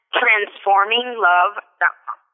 transforminglove.com